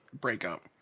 breakup